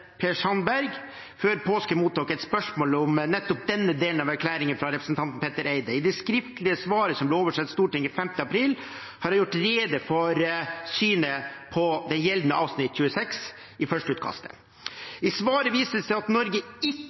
Per Sandberg, før påske mottok et spørsmål om nettopp denne delen av erklæringen fra representanten Petter Eide. I det skriftlige svaret som ble oversendt Stortinget den. 5 april, har jeg gjort rede for synet på den gjeldende artikkel 26 i førsteutkastet. I svaret vises det til at Norge ikke